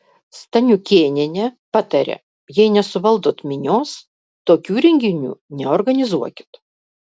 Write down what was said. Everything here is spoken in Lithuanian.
staniukėnienė patarė jei nesuvaldot minios tokių renginių neorganizuokit